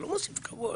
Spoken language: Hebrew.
זה לא מוסיף כבוד.